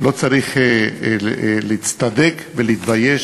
צריך להבין